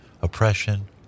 oppression